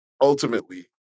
ultimately